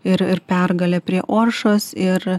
ir ir pergalė prie oršos ir